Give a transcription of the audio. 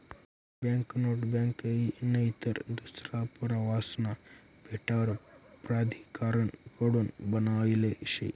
एक banknote bank नईतर दूसरा पुरावासना भेटावर प्राधिकारण कडून बनायेल शे